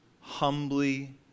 humbly